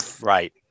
right